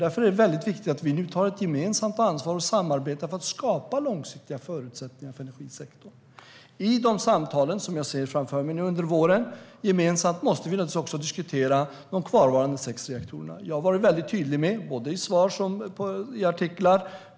Därför är det väldigt viktigt att vi nu tar ett gemensamt ansvar och samarbetar för att skapa långsiktiga förutsättningar för energisektorn. I de samtalen, som jag ser framför mig under våren, måste vi naturligtvis också gemensamt diskutera de kvarvarande sex reaktorerna. Jag har varit väldigt tydlig, både i svar och i artiklar.